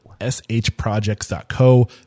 shprojects.co